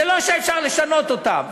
זה לא שאפשר לשנות אותם,